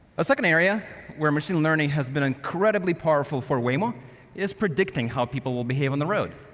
a second area where machine learning has been incredibly powerful for waymo is predicting how people will behave on the road.